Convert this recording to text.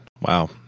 Wow